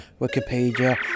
Wikipedia